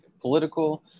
political